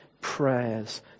prayers